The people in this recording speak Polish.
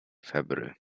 febry